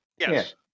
yes